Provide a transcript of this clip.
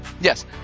Yes